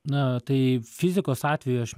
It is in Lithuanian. na tai fizikos atveju aš